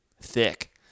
thick